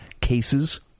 cases